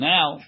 Now